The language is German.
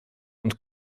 und